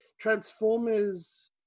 Transformers